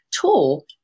tool